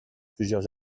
plusieurs